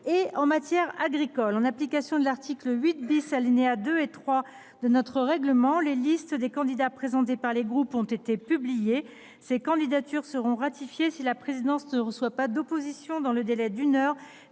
et en matière agricole. En application de l’article 8, alinéas 2 et 3, de notre règlement, les listes des candidats présentés par les groupes ont été publiées. Ces candidatures seront ratifiées si la présidence ne reçoit pas d’opposition dans le délai d’une heure